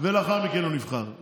ולאחר מכן הוא נבחר.